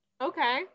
Okay